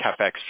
capex